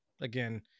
again